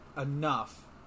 enough